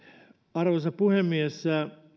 arvoisa puhemies